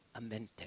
amente